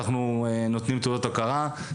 אנחנו מעניקים תעודת הוקרה בסיום ישיבות הוועדה.